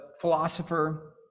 philosopher